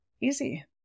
easy